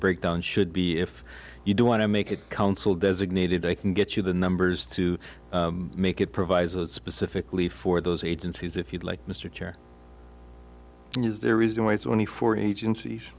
breakdown should be if you do want to make it council designated they can get you the numbers to make it provides a specifically for those agencies if you'd like mr chair is there a reason why it's only for agencies